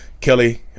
Kelly